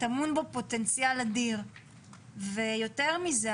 טמון בו פוטנציאל אדיר ויותר מזה,